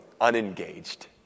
unengaged